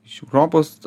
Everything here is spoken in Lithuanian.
iš europos